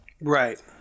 Right